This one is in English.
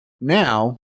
now